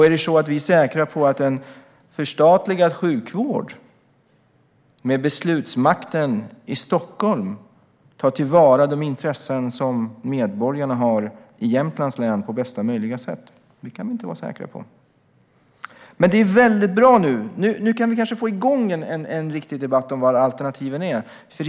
Är vi säkra på att en förstatligad sjukvård med beslutsmakten i Stockholm tar vara på de intressen som medborgarna i Jämtlands län har på bästa möjliga sätt? Det kan vi inte vara säkra på. Men det är väldigt bra att vi nu kanske kan få igång en riktig debatt om vad alternativen är.